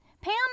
Pam